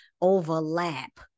overlap